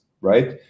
right